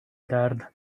dared